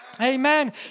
Amen